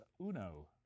uno